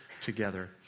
together